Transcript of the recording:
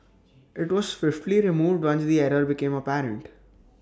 IT was swiftly removed once the error became apparent